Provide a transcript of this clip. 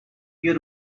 you